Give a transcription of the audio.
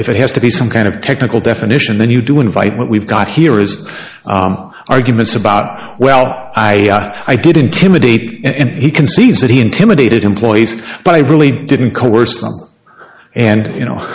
if it has to be some kind of technical definition then you do invite what we've got here is arguments about well i i did intimidate and he concedes that he intimidated employees but i really didn't coerce them and you know